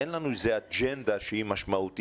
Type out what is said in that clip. אין להם איזו אג'נדה שהיא משמעותית,